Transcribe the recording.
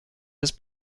was